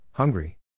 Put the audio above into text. Hungry